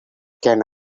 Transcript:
can